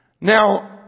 Now